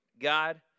God